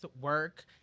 work